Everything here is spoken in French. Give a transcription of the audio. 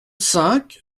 cinq